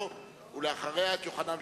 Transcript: להעיר אותם.